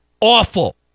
awful